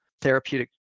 therapeutic